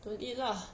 don't eat lah